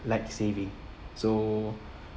like saving so